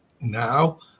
now